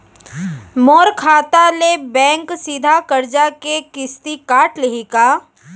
मोर खाता ले बैंक सीधा करजा के किस्ती काट लिही का?